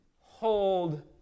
hold